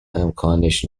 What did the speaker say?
امکانش